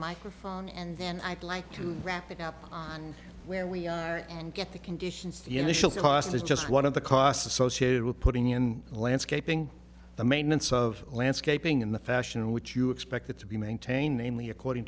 microphone and then i'd like to wrap it up on where we are and get the conditions the initial cost is just one of the costs associated with putting in landscaping the maintenance of landscaping in the fashion which you expected to be maintained namely according